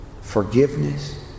Forgiveness